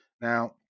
Now